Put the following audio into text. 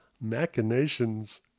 machinations